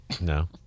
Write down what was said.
No